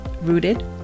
rooted